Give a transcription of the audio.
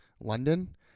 London